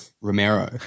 Romero